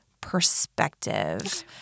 perspective